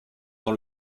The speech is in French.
dans